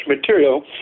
material